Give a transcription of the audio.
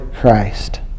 Christ